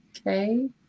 okay